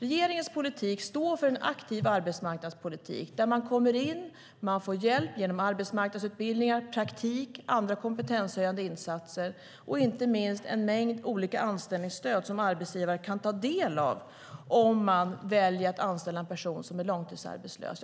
Regeringens politik står för en aktiv arbetsmarknadspolitik där man kommer in och får hjälp genom arbetsmarknadsutbildningar, praktik och andra kompetenshöjande insatser och inte minst en mängd olika anställningsstöd som arbetsgivare kan ta del av om de väljer att anställa en person som är långtidsarbetslös.